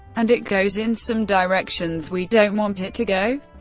and it goes in some directions we don't want it to go.